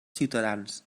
ciutadans